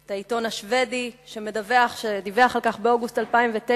את העיתון השבדי שדיווח באוגוסט 2009